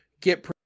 get